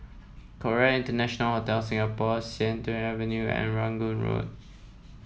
Conrad International Hotel Singapore Sian Tuan Avenue and Rangoon Road